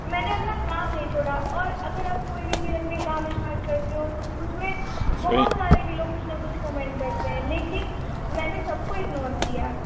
मैंने अपना काम नहीं छोड़ा और अगर आप कोई भी चीज़ अपनी काम इश्टार्ट करती हो तो उसमें बहुत सारे के लोग कुछ ना कुछ कमेंट करते हैं लेकिन मैंने सब को इग्नोर किया